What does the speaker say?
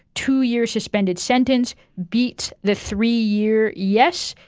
two years suspended sentence, beats the three-year, yes,